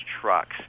trucks